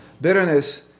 Bitterness